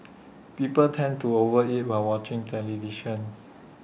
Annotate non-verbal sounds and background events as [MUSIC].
[NOISE] people tend to over eat while watching television